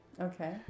Okay